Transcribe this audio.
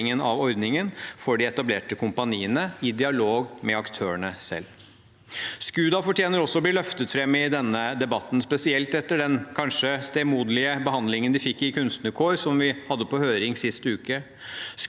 av ordningen for de etablerte kompaniene i dialog med aktørene selv. SKUDA fortjener også å bli løftet fram i denne debatten, spesielt etter den kanskje stemoderlige behandlingen de fikk i meldingen Kunstnarkår, som vi hadde på høring sist uke.